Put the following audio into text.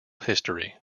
history